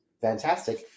fantastic